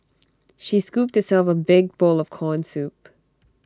she scooped herself A big bowl of Corn Soup